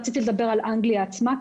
לדבר על אנגליה עצמה,